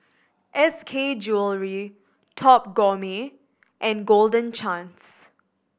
S K Jewellery Top Gourmet and Golden Chance